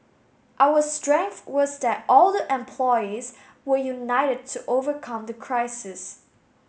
our strength was that all the employees were united to overcome the crisis